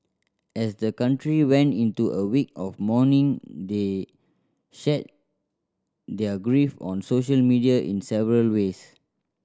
as the country went into a week of mourning they shared their grief on social media in several ways